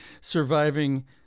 surviving